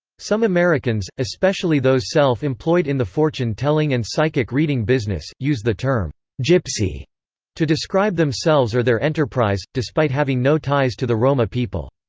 some americans, especially those self-employed in the fortune-telling and psychic reading business, use the term gypsy to describe themselves or their enterprise, despite having no ties to the roma people.